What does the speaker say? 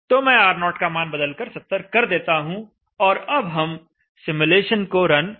तो मैं R0 का मान बदलकर 70 कर देता हूं और अब हम सिमुलेशन को रन करते हैं